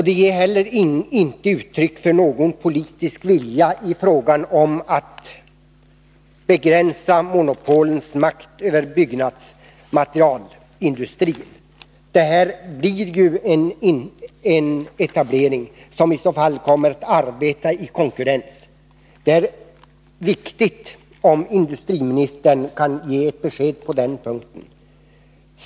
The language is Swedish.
Det ger heller inte uttryck för någon politisk vilja att begränsa monopolens makt över byggmaterialindustrin. Om denna etablering kommer till stånd skulle ju företaget i så fall komma att arbeta i konkurrens. Det är viktigt att få ett besked från industriministern på den här punkten.